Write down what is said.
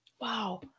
Wow